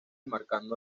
marcando